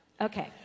Okay